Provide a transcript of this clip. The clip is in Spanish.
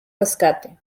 rescate